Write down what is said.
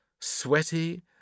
Sweaty